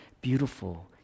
beautiful